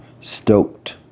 stoked